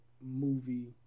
movie